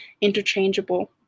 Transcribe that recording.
interchangeable